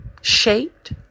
shaped